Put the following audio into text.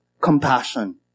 compassion